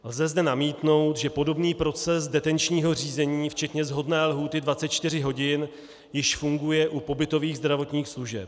Lze zde namítnout, že podobný proces detenčního řízení včetně shodné lhůty 24 hodin již funguje u pobytových zdravotních služeb.